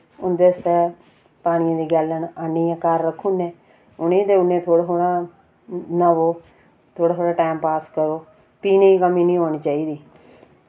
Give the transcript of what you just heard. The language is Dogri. उं'दे आस्तै पानिये दी गैलन आह्नियै घर रक्खुने उ'नेई देऊने थोह्ड़ा थोह्ड़ा न्होवो थोह्ड़ा थोह्ड़ा टैम पास करो पीने दी कमी नेईं औने चाहिदी